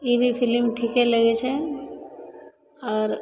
ई भी फिलिम ठिके लगै छै आओर